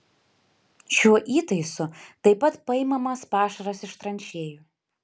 šiuo įtaisu taip pat paimamas pašaras iš tranšėjų